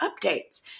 updates